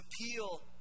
appeal